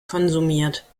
konsumiert